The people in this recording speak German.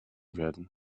werden